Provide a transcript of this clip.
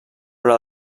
però